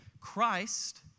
Christ